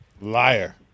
Liar